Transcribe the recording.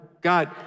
God